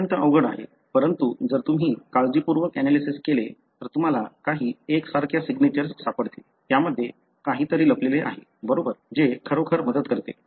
हे अत्यंत अवघड आहे परंतु जर तुम्ही काळजीपूर्वक एनालिसिस केले तर तुम्हाला काही एकसारख्या सिग्नेचर्स सापडतील त्यामध्ये काहीतरी लपलेले आहे बरोबर जे खरोखर मदत करते